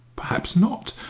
perhaps not.